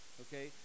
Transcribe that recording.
okay